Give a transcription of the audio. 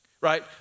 right